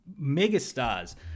megastars